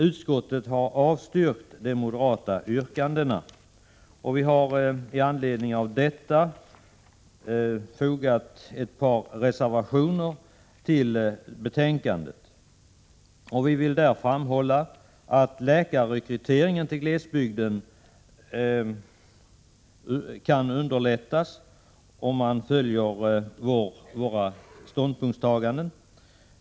Utskottet har avstyrkt de moderata yrkandena, och vi har i anledning av detta fogat ett par reservationer till betänkandet. Vi vill framhålla att läkarrekryteringen till glesbygden kan underlättas om man följer våra ställningstaganden.